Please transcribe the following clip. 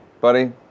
Buddy